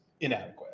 inadequate